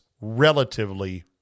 relatively